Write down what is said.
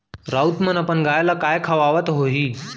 राउत मन अपन गाय ल काय खवावत होहीं